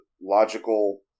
logical